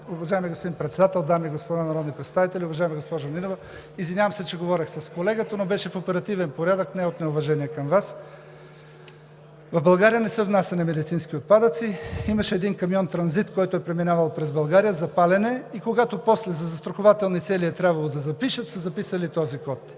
Уважаеми господин Председател, дами и господа народни представители! Уважаема госпожо Нинова, извинявам се, че говорех с колегата, но беше в оперативен порядък, а не от неуважение към Вас. В България не са внасяни медицински отпадъци. Имаше един камион – транзит, който е преминал през България, запален е, а после, когато е трябвало да го запишат за застрахователни